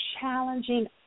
challenging